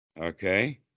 Okay